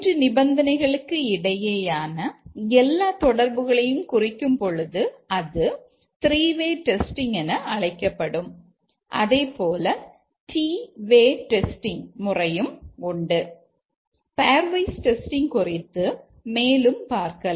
நாம் pairwise testing குறித்து மேலும் பார்க்கலாம்